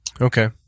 Okay